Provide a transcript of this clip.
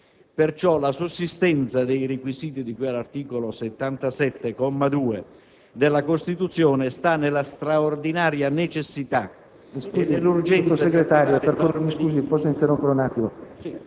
Perciò, la sussistenza dei requisiti di cui all'articolo 77, secondo comma, della Costituzione, sta nella straordinaria necessità...